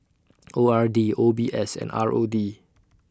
O R D O B S and R O D